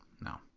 No